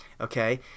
okay